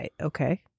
Okay